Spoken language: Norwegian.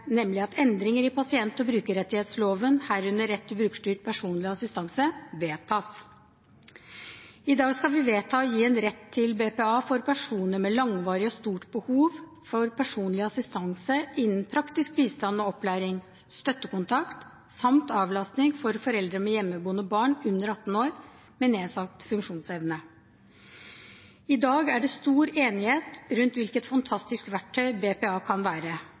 nemlig at endringer i pasient- og brukerrettighetsloven, herunder rett til brukerstyrt personlig assistanse, vedtas. I dag skal vi vedta å gi personer med langvarig og stort behov for personlig assistanse rett til BPA, dvs. tjenester som omfatter praktisk bistand og opplæring, støttekontakt samt avlastning for foreldre med hjemmeboende barn under 18 år med nedsatt funksjonsevne. I dag er det stor enighet om hvilket fantastisk verktøy BPA kan være.